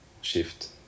shift